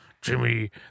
Jimmy